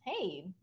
Hey